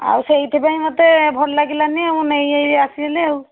ଆଉ ସେଇଥିପାଇଁ ମୋତେ ଭଲ ଲାଗିଲାନି ଆଉ ମୁଁ ନେଇ ଏଇ ଆସିଲି ଆଉ